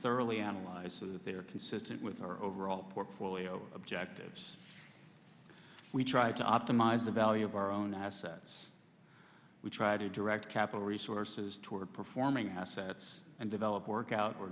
thoroughly analyzed so that they are consistent with our overall portfolio objectives we try to optimize the value of our own assets we try to direct capital resources toward performing assets and develop workout or